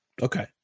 Okay